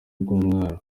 bw’umwana